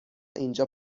اینجا